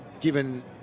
given